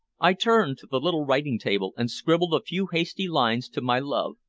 i turned to the little writing-table and scribbled a few hasty lines to my love,